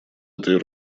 этой